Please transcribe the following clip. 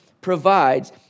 provides